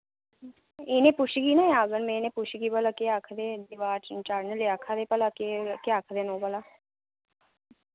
इनें ई पुच्छगी नी अगर में इनें गी पुच्छगी भला केह् आखदे इदे बाद च आक्खा दे न भला केह् आखदे न ओह् भला